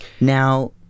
Now